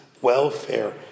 welfare